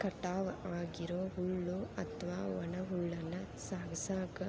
ಕಟಾವ್ ಆಗಿರೋ ಹುಲ್ಲು ಅತ್ವಾ ಒಣ ಹುಲ್ಲನ್ನ ಸಾಗಸಾಕ